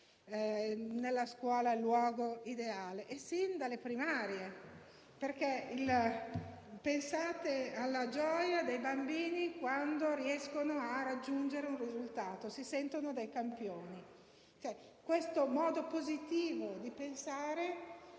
nella scuola il luogo ideale, sin dalle primarie. Pensate, infatti, alla gioia dei bambini quando riescono a raggiungere un risultato: si sentono dei campioni. Questo modo positivo di pensare